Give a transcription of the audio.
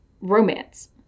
romance